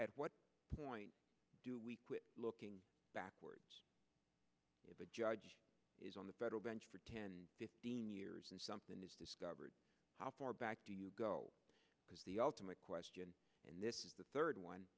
at what point do we quit looking backwards if a judge is on the federal bench for ten fifteen years and something is discovered how far back do you go because the ultimate question in this is the third one